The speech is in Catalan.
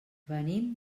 venim